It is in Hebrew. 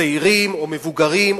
צעירים או מבוגרים,